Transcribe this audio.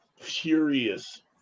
furious